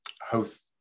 host